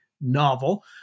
novel